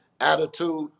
attitude